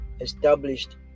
established